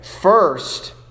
First